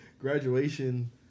Graduation